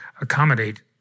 accommodate